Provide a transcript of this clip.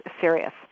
serious